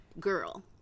girl